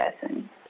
person